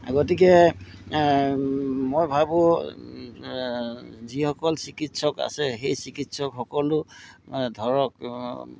গতিকে মই ভাবোঁ যিসকল চিকিৎসক আছে সেই চিকিৎসকসকলো ধৰক